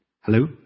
hello